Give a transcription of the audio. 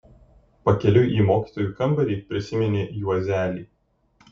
pakeliui į mokytojų kambarį prisiminė juozelį